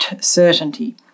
certainty